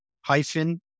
hyphen